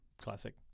Classic